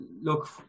Look